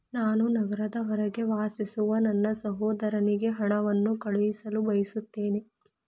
ನಾನು ನಗರದ ಹೊರಗೆ ವಾಸಿಸುವ ನನ್ನ ಸಹೋದರನಿಗೆ ಹಣವನ್ನು ಕಳುಹಿಸಲು ಬಯಸುತ್ತೇನೆ